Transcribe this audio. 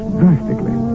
drastically